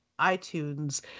iTunes